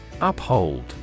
Uphold